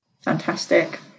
Fantastic